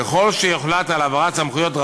ככל שיוחלט על העברת הסמכויות,